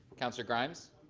councillor grimes.